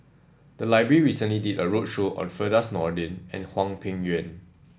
the library recently did a roadshow on Firdaus Nordin and Hwang Peng Yuan